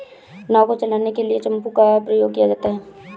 नाव को चलाने के लिए चप्पू का प्रयोग किया जाता है